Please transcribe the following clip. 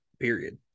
period